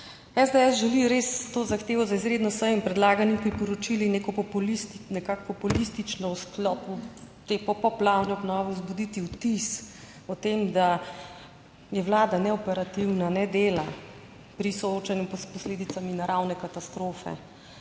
SDS želi res s to zahtevo za izredno sejo in predlaganimi priporočili nekako populistično v sklopu te poplavne obnove vzbuditi vtis o tem, da je Vlada neoperativna, ne dela pri soočanju s posledicami naravne katastrofe,